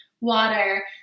water